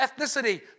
ethnicity